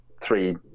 three